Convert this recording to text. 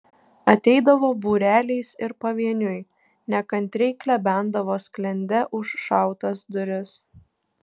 ateidavo būreliais ir pavieniui nekantriai klebendavo sklende užšautas duris